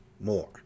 more